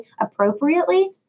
appropriately